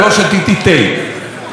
אומרת: לא שתיתי כלום.